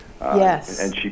Yes